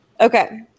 Okay